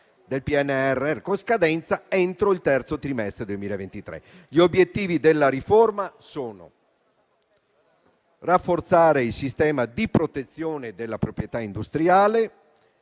del PNRR, con scadenza entro il terzo trimestre del 2023. Gli obiettivi della riforma sono: rafforzare il sistema di protezione della proprietà industriale;